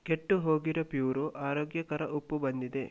ಕೆಟ್ಟು ಹೋಗಿರೋ ಪ್ಯೂರೋ ಆರೋಗ್ಯಕರ ಉಪ್ಪು ಬಂದಿದೆ